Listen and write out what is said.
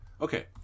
Okay